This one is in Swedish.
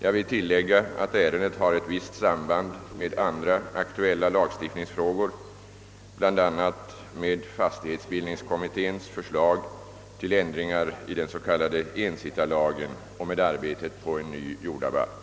Jag vill tilllägga, att ärendet har ett visst samband med andra aktuella lagstiftningsfrågor, bl.a. med fastighetsbildningskommitténs förslag till ändringar i den s.k. ensittarlagen och med arbetet på en ny jordabalk.